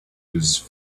whose